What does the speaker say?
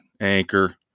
Anchor